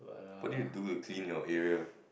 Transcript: what do you do to clean your area